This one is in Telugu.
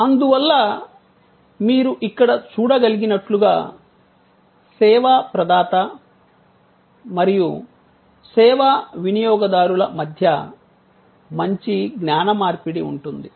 అందువల్ల మీరు ఇక్కడ చూడగలిగినట్లుగా సేవా ప్రదాత మరియు సేవా వినియోగదారుల మధ్య మంచి జ్ఞాన మార్పిడి ఉంటుంది